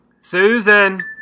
Susan